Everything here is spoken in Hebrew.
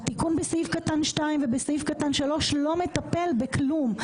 התיקון בסעיף קטן (2) ובסעיף קטן (3) לא מטפל בכלום.